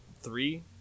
three